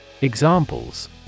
Examples